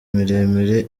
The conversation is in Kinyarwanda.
miremire